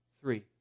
Three